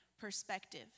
perspective